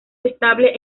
estable